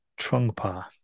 Trungpa